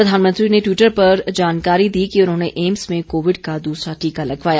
प्रधानमंत्री ने ट्वीटर पर जानकारी दी कि उन्होंने एम्स में कोविड का दूसरा टीका लगवाया